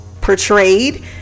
portrayed